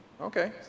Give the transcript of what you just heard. Okay